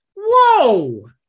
Whoa